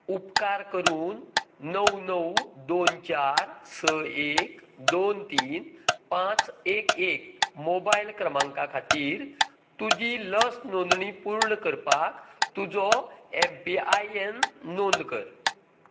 उपकार करून णव णव दोन चार स एक दोन तीन पांच एक एक मोबायल क्रमांका खातीर तुजी लस नोंदणी पूर्ण करपाक तुजो एम पी आय एन नोंद कर